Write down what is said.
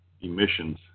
emissions